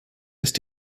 ist